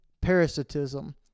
parasitism